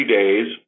days